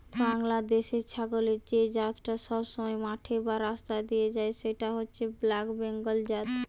বাংলাদেশের ছাগলের যে জাতটা সবসময় মাঠে বা রাস্তা দিয়ে যায় সেটা হচ্ছে ব্ল্যাক বেঙ্গল জাত